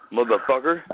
Motherfucker